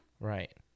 Right